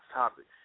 topic